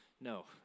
No